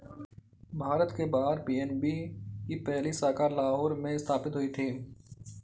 भारत के बाहर पी.एन.बी की पहली शाखा लाहौर में स्थापित हुई थी